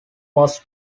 was